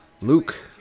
Luke